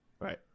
Right